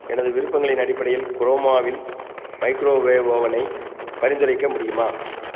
எனது விருப்பங்களின் அடிப்படையில் குரோமாவில் மைக்ரோவேவ் அவெனை பரிந்துரைக்க முடியுமா